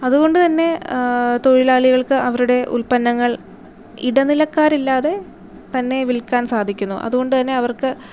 അതു കൊണ്ട് തന്നെ തൊഴിലാളികൾക്ക് അവരുടെ ഉൽപ്പന്നങ്ങൾ ഇടനിലക്കാരില്ലാതെ തന്നെ വിൽക്കാൻ സാധിക്കുന്നു അതു കൊണ്ട് തന്നെ അവർക്ക്